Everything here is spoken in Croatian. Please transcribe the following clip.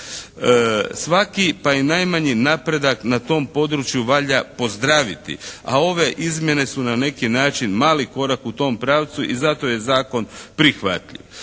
Svaki pa i najmanji napredak na tom području valja pozdraviti. A ove izmjene su na neki način mali korak u tom pravcu i zato je zakon prihvatljiv.